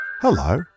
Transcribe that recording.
Hello